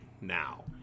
now